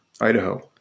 Idaho